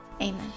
Amen